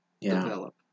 Develop